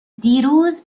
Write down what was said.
دیروز